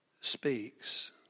speaks